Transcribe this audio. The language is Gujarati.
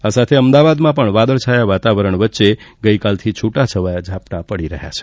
આ સાથે અમદાવાદમાં પણ વાદળ છાયા વાતાવરણ વચ્ચે ગઇકાલથી છૂટા છવાયાં ઝાપટાં પડી રહ્યાં છે